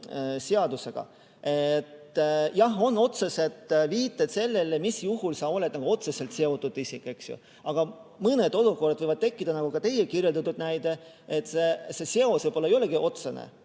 Jah, on otsesed viited sellele, mis juhul sa oled nagu otseselt seotud isik, eks ju. Aga mõned olukorrad võivad tekkida, nagu ka teie kirjeldatud näites, et see seos võib-olla ei olegi otsene,